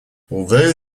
although